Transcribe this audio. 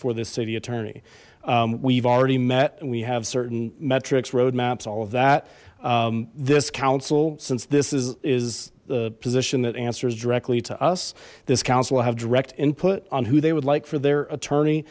for this city attorney we've already met and we have certain metrics roadmaps all of that this council since this is the position that answers directly to us this council will have direct input on who they would like for their attorney